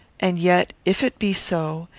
and yet, if it be so,